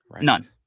None